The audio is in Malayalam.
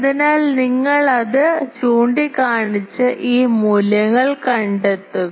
അതിനാൽ നിങ്ങൾ അത് ചൂണ്ടിക്കാണിച്ച് ഈ മൂല്യങ്ങൾ കണ്ടെത്തുക